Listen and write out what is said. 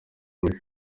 muri